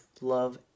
love